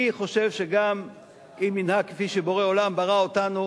אני חושב שגם אם ננהג כפי שבורא עולם ברא אותנו